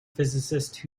physicist